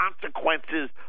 consequences